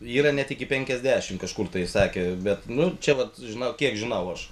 yra net iki penkiasdešimt kažkur tai sakė bet nu čia vat žinau kiek žinau aš